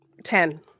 Ten